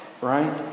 right